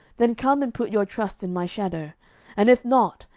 then come and put your trust in my shadow and if not,